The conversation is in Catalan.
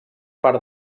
part